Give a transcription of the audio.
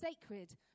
sacred